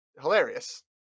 hilarious